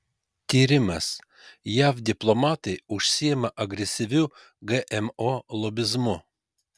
tyrimas jav diplomatai užsiima agresyviu gmo lobizmu